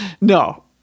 no